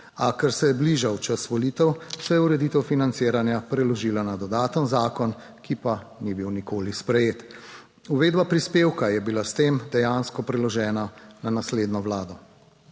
a ker se je bližal čas volitev, se je ureditev financiranja preložila na dodaten zakon, ki pa ni bil nikoli sprejet. Uvedba prispevka je bila s tem dejansko preložena na naslednjo vlado.